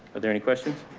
there any questions.